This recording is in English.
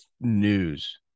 News